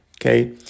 Okay